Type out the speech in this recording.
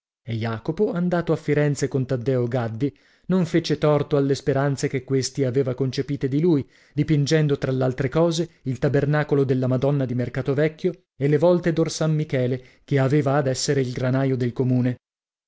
jacopo andato a firenze con taddeo gaddi non fece torto alle speranze che questi aveva concepite di lui dipingendo tra l'altre cose il tabernacolo della madonna di mercato vecchio e le vòlte d'orsanmichele che aveva ad essere il granaio del comune